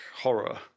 horror